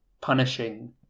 punishing